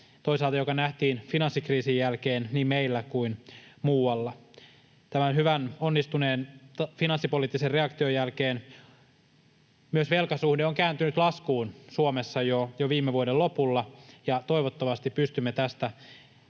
sellaiselta, joka nähtiin finanssikriisin jälkeen niin meillä kuin muualla. Tämän hyvän, onnistuneen finanssipoliittisen reaktion jälkeen myös velkasuhde on kääntynyt laskuun Suomessa jo viime vuoden lopulla, ja toivottavasti pystymme tästä